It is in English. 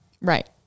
Right